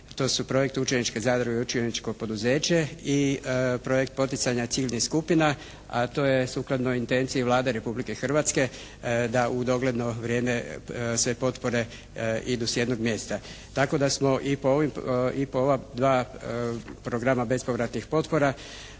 To su projekti učeničke zadruge i učeničko poduzeće i projekt poticanja civilnih skupina, a to je sukladno intenciji Vlade Republike Hrvatske da u dogledno vrijeme sve potpore idu s jednog mjesta. Tako da smo i po ovim, i po ova dva programa bespovratnih potpora